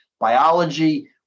biology